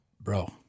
bro